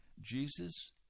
Jesus